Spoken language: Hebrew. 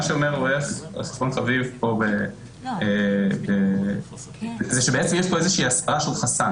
מה שאומר רואה חשבון חביב פה הוא שבעצם יש פה הסרה של חסם.